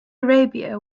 arabia